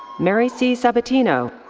mary c. sabatino.